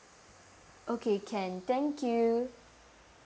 okay can thank you